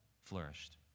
flourished